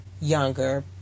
younger